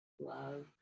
love